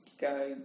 go